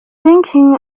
thinking